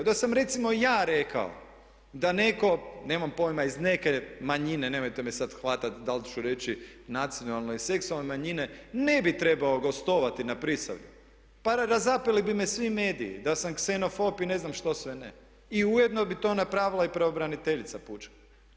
Da sam recimo ja rekao da netko, nemam pojma iz neke manjine nemojte me sad hvatati dal ću reći nacionalne i seksualne manjine ne bi trebao gostovati na Prisavlju, pa razapeli bi me svi mediji da sam ksenofob i ne znam što sve ne i ujedno bi to napravila i pravobraniteljica pučka.